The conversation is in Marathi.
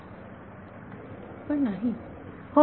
विद्यार्थी सर पण नाही